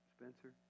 Spencer